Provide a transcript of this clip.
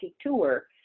tour